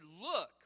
look